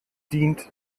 dient